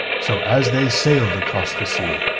so as they sailed across the sea,